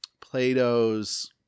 Plato's